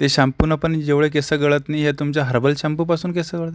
ते शाम्पूनं पण जेवढे केस गळत नाहीये तुमच्या हर्बल शाम्पूपासून केस गळतात